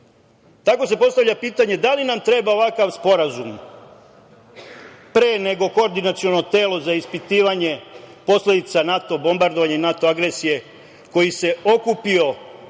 Tako se postavlja pitanje, da li nam treba ovakav sporazum pre nego koordinaciono telo za ispitivanje posledica NATO bombardovanja i NATO agresije koji se okupio,